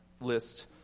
list